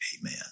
amen